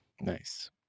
Nice